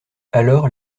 alors